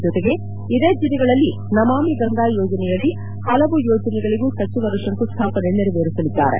ಜತೆಗೆ ಇದೇ ಜಿಲ್ಲೆಗಳಲ್ಲಿ ನಮಾಮಿ ಗಂಗಾ ಯೋಜನೆಯಡಿ ಪಲವು ಯೋಜನೆಗಳಿಗೂ ಸಚಿವರು ಶಂಕು ಸ್ಲಾಪನೆ ನೆರವೇರಿಸಲಿದ್ದಾರೆ